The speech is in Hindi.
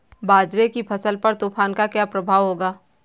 बाजरे की फसल पर तूफान का क्या प्रभाव होगा?